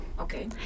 Okay